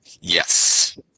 Yes